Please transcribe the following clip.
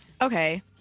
Okay